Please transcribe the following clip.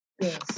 Yes